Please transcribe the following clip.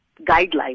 guidelines